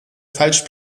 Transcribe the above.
falsch